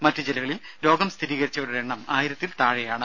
മറ്റ് ജില്ലകളിൽ രോഗം സ്ഥിരീകരിച്ചവരുടെ എണ്ണം ആയിരത്തിൽ താഴെയാണ്